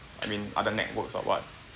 I mean other networks or what